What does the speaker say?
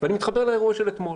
אני מתחבר לאירוע שהיה אתמול